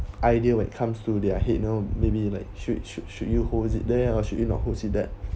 idea when it comes to their head you know maybe like should should should you hold it there or in should you hold it that